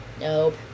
Nope